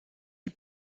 die